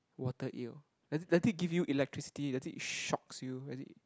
water eel does i~ does it give you electricity does it shocks you does it